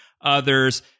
others